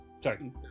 Sorry